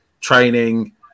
training